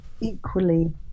equally